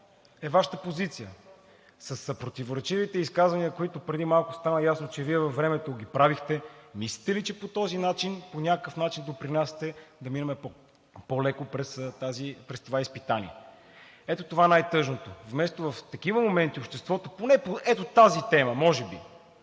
е Вашата позиция? С противоречивите изказвания, които преди малко стана ясно, че Вие във времето ги правихте, мислите ли, че по този начин допринасяте да минем по-леко през това изпитание?! Ето, това е най-тъжното! Вместо в такива моменти обществото поне по тази тема, може би